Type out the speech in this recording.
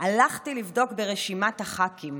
והלכתי לבדוק ברשימת הח"כים: